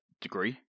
degree